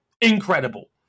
incredible